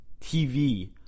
TV